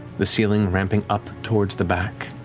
the ceiling ramping up towards the back,